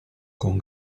con